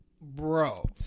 bro